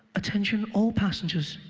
attention all passengers.